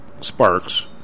sparks